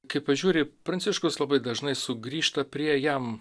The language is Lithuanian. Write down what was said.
kai pažiūri pranciškus labai dažnai sugrįžta prie jam